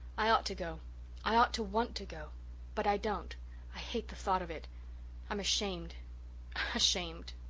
i ought to go i ought to want to go but i don't i hate the thought of it i'm ashamed ashamed.